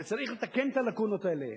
וצריך לתקן את הלקונות האלה.